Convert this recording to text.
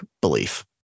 belief